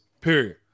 period